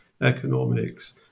economics